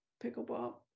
pickleball